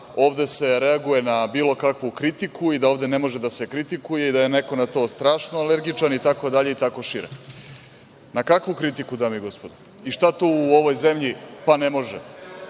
ovde reaguje na bilo kakvu kritiku i da ovde ne može da se kritikuje i da je neko na to strašno alergičan, itd. i tako šire. Na kakvu kritiku, dame i gospodo? I šta tu, u ovoj zemlji, pa ne može,